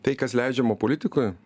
tai kas leidžiama politikoj